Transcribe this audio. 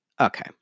Okay